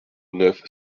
neuf